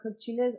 chiles